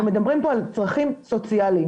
אנחנו מדברים פה על צרכים סוציאליים,